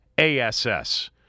ASS